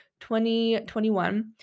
2021